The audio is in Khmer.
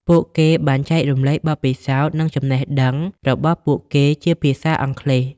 ពួកគេបានចែករំលែកបទពិសោធន៍និងចំណេះដឹងរបស់ពួកគេជាភាសាអង់គ្លេស។